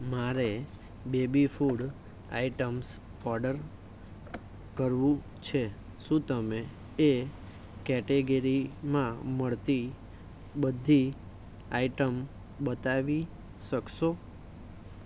મારે baby food items order કરવું છે શું તમે એ કેટેગરીમાં મળતી બધી આઇટમ બતાવી શકશો